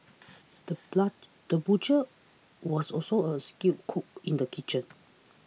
the butcher was also a skilled cook in the kitchen